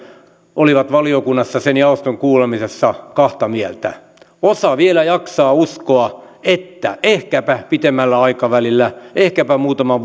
olivat valiokunnassa sen jaoston kuulemisessa kahta mieltä osa vielä jaksaa uskoa että ehkäpä pitemmällä aikavälillä ehkäpä muutaman